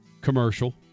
commercial